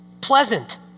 pleasant